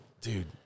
dude